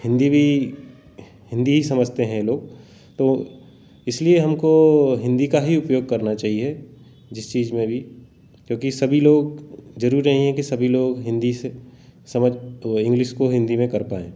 हिन्दी भी हिन्दी ही समझते हैं लोग तो इसलिए हमको हिन्दी का ही उपयोग करना चाहिए जिस चीज़ में भी क्योंकि सभी लोग ज़रूरी नहीं है कि सभी लोग हिन्दी से समझ इंग्लिश को हिन्दी में कर पाएँ